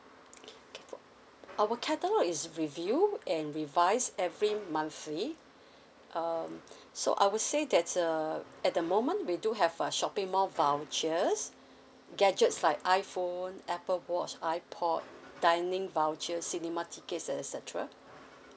our catalogue is reviewed and revised every monthly um so I would say that err at the moment we do have err shopping mall vouchers gadgets like iPhone Apple watch iPod dining vouchers cinema tickets et cetera